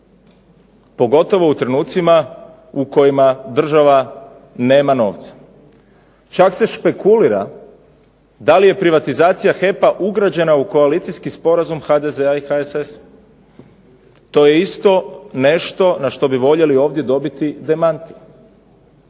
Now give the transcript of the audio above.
pogotovo u trenucima u kojima država nema novca? Čak se špekulira da li je privatizacija HEP-a ugrađena u koalicijski sporazum HDZ-a i HSS-a. To je isto nešto na što bi voljeli ovdje dobiti demanti.